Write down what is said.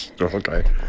Okay